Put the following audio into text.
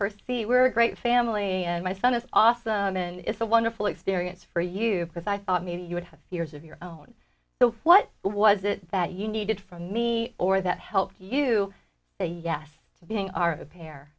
her see we're a great family and my son is awesome and it's a wonderful experience for you because i thought maybe you would have years of your own what was it that you needed from me or that helped you say yes to being